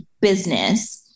business